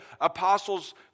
apostles